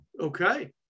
Okay